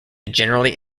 generally